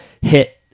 hit